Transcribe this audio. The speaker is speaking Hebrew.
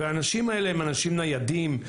והאנשים האלה הם אנשים ניידים.